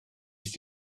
ist